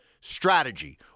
strategy